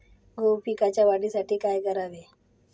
गहू पिकाच्या वाढीसाठी काय करावे?